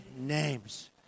names